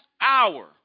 hour